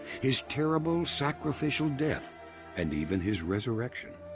his terrible sacrificial death and even his resurrection.